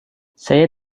saya